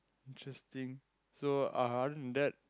interesting so uh other than that